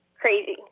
crazy